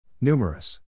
Numerous